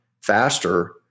faster